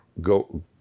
go